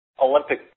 Olympic